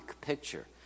picture